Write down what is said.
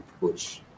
push